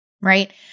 right